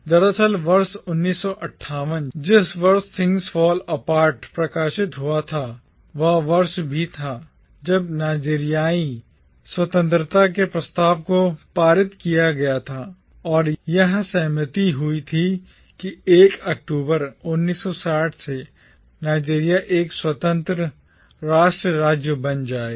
दरअसल वर्ष 1958 जिस वर्ष थिंग्स फॉल अपार्ट प्रकाशित हुआ था वह वर्ष भी था जब नाइजीरियाई स्वतंत्रता के प्रस्ताव को पारित किया गया था और यह सहमति हुई थी कि 1 अक्टूबर 1960 से नाइजीरिया एक स्वतंत्र राष्ट्र राज्य बन जाएगा